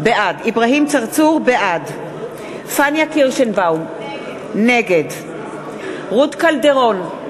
בעד פניה קירשנבאום, נגד רות קלדרון,